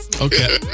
Okay